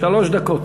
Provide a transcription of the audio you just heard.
שלוש דקות.